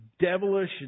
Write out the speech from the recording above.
devilish